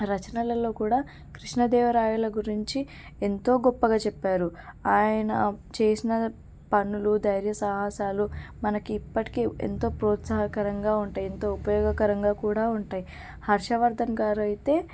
రచనలలో కూడా కృష్ణదేవరాయల గురించి ఎంతో గొప్పగా చెప్పారు ఆయన చేసిన పనులు ధైర్య సాహసాలు మనకిప్పటికీ ఎంతో ప్రోత్సాహకరంగా ఉంటాయి ఎంతో ఉపయోగకరంగా కూడా ఉంటాయి హర్షవర్ధన్ గారైతే